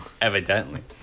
evidently